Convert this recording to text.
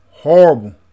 Horrible